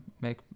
make